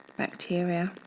bacteria,